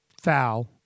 foul